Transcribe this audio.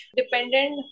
dependent